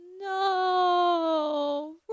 No